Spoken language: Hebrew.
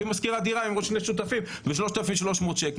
אז היא משכירה דירה עם שני שותפים ב-3,300 שקלים.